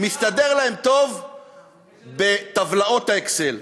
זה מסתדר להם טוב בטבלאות ה"אקסל".